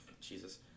Jesus